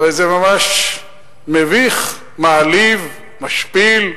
הרי זה ממש מביך, מעליב, משפיל.